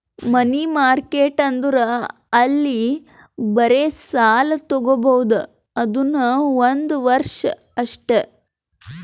ಮನಿ market ಅಂದುರ್ ಅಲ್ಲಿ ಬರೇ ಸಾಲ ತಾಗೊಬೋದ್ ಅದುನೂ ಒಂದ್ ವರ್ಷ ಅಷ್ಟೇ